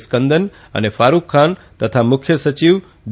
સ્કંદન અને ફારુખ ખાન તથા મુખ્ય સચિવ બી